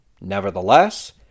Nevertheless